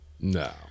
No